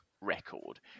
record